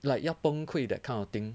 like 要崩溃 that kind of thing